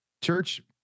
church